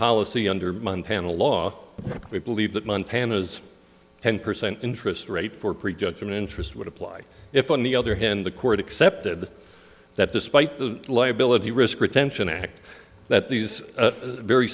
policy under month panda law we believe that montana's ten percent interest rate for prejudgment interest would apply if on the other hand the court accepted that despite the liability risk retention act that these very